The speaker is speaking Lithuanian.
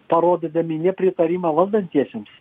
parodydami nepritarimą valdantiesiems